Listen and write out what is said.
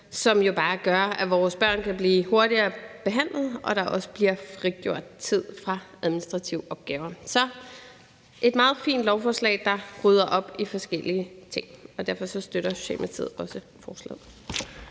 hvad jo bare gør, at vores børn kan blive hurtigere behandlet og der også bliver frigjort tid fra administrative opgaver. Så det er et meget fint lovforslag, der rydder op i forskellige ting, og derfor støtter Socialdemokratiet også forslaget.